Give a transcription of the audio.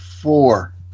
four